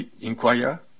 inquire